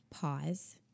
pause